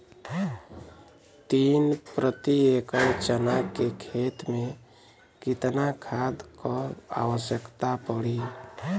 तीन प्रति एकड़ चना के खेत मे कितना खाद क आवश्यकता पड़ी?